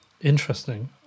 Interesting